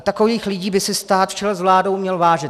Takových lidí by si stát v čele s vládou měl vážit.